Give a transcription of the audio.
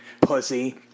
Pussy